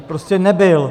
Prostě nebyl.